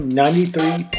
ninety-three